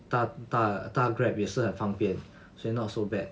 搭搭搭 Grab 也是很方便所以 not so bad